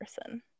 person